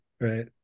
Right